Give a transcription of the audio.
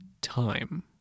time